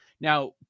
Now